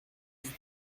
vous